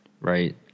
Right